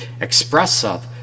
expressive